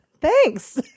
thanks